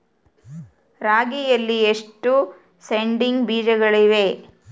ರಾಗಿಯಲ್ಲಿ ಎಷ್ಟು ಸೇಡಿಂಗ್ ಬೇಜಗಳಿವೆ?